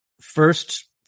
first